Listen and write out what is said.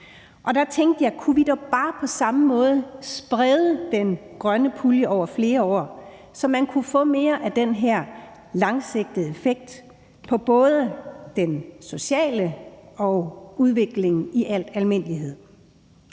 Da tænkte jeg: Kunne vi da bare på samme måde sprede den grønne pulje over flere år, så man kunne få mere af den her langsigtede effekt på både den sociale udvikling og udviklingen i al almindelighed.